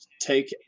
take